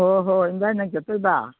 ꯍꯣꯏ ꯍꯣꯏ ꯏꯕꯥꯟꯅꯤꯗꯪ ꯆꯠꯇꯣꯏꯕ